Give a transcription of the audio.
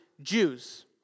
Jews